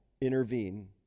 intervene